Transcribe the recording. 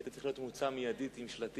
היית צריך להיות מוצא מייד עם שלטים.